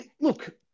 Look